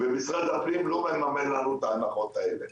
ומשרד הפנים לא מממן לנו את ההנחות האלה.